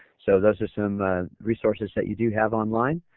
so, those are some resources that you do have online.